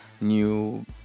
new